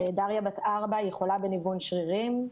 דריה בת ארבע והיא חולה בניוון שרירים.